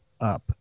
up